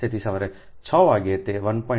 તેથી સવારે 6 વાગ્યે તે 1